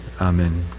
Amen